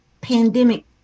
pandemic